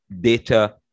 data